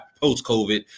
post-COVID